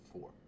four